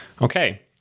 Okay